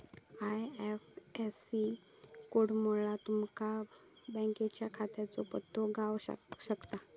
IFSC कोडमुळा तुमका बँकेच्या शाखेचो पत्तो गाव शकता